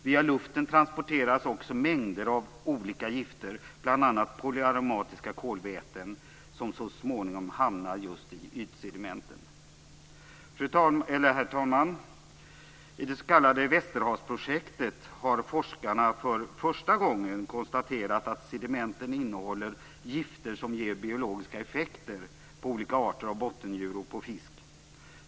Via luften transporteras också mängder av olika gifter, bl.a. polyaromatiska kolväten som så småningom hamnar i just ytsedimenten. Herr talman! I det s.k. Västerhavsprojektet har forskarna för första gången konstaterat att sedimenten innehåller gifter som ger biologiska effekter på olika arter av bottendjur och på fisk.